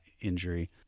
injury